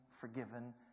forgiven